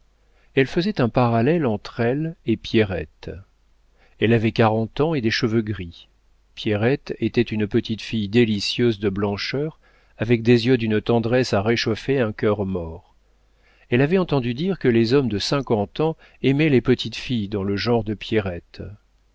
elle faisait un parallèle entre elle et pierrette elle avait quarante ans et des cheveux gris pierrette était une petite fille délicieuse de blancheur avec des yeux d'une tendresse à réchauffer un cœur mort elle avait entendu dire que les hommes de cinquante ans aimaient les petites filles dans le genre de pierrette